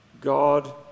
God